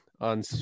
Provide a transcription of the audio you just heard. on